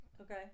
Okay